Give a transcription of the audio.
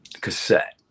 cassette